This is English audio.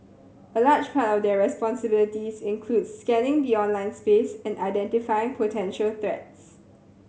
a large part of their responsibilities includes scanning the online space and identify potential threat